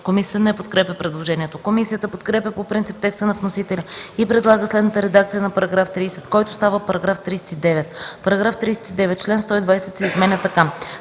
Комисията не подкрепя предложението. Комисията подкрепя по принцип текста на вносителя и предлага следната редакция на § 30, който става § 39: „§ 39. Член 120 се изменя така: